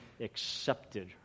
accepted